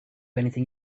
anything